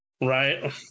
right